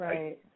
Right